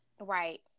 right